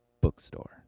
bookstore